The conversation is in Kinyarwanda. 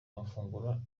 amafunguro